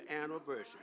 anniversary